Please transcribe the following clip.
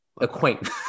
Acquaintance